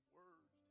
words